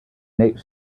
next